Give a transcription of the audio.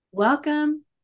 Welcome